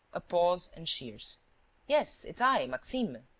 a pause and shears yes, it's i maxime.